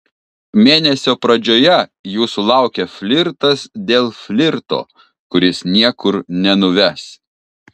mėnesio pradžioje jūsų laukia flirtas dėl flirto kuris niekur nenuves